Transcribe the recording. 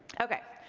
okay,